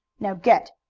now get!